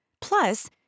Plus